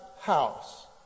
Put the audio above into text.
house